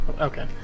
Okay